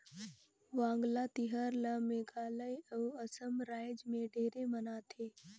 वांगला तिहार ल मेघालय अउ असम रायज मे ढेरे मनाथे